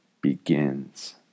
begins